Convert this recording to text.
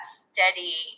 steady